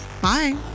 Bye